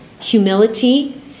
humility